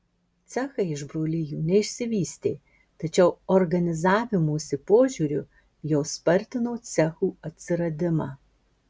cechai iš brolijų neišsivystė tačiau organizavimosi požiūriu jos spartino cechų atsiradimą